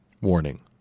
Warning